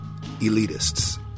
elitists